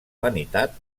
vanitat